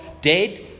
dead